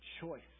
choice